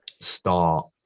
start